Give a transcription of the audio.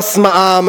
מע"מ,